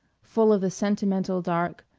full of the sentimental dark,